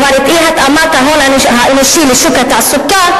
כלומר את אי-התאמת ההון האנושי לשוק התעסוקה,